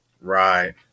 right